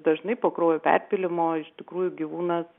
dažnai po kraujo perpylimo iš tikrųjų gyvūnas